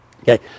okay